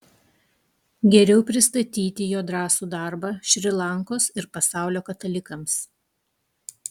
geriau pristatyti jo drąsų darbą šri lankos ir pasaulio katalikams